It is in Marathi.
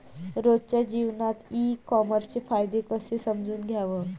रोजच्या जीवनात ई कामर्सचे फायदे कसे समजून घ्याव?